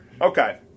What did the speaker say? Okay